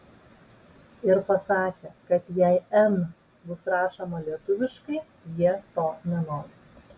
ir pasakė kad jei n bus rašoma lietuviškai jie to nenori